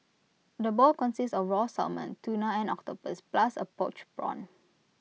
the bowl consists of raw salmon tuna and octopus plus A poached prawn